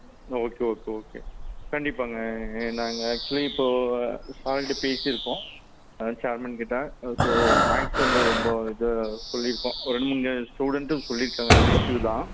okay okay okay கண்டிப்பாங்க நாங்கள் actually இப்போது சார் கிட்டே பேசியிருக்கோம் சேர்மன் கிட்டே ஸோ மேக்ஸ் வந்து ரொம்ப இது சொல்லியிருக்கோம் ஒரு ரெண்டு மூணு ஸ்டூடெண்ட்டும் சொல்லியிருக்காங்க இந்த இஷ்யூ தான்